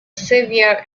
severe